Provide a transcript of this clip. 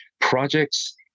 projects